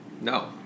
No